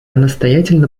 настоятельно